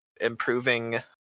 improving